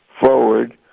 forward